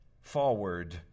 forward